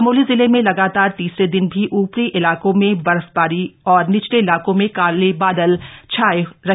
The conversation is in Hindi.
चमोली जिले में लगातार तीसरे दिन भी ऊपरी इलाकों में बर्फबारी और निचले इलाकों में काले बादल छाए रहे